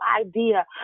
idea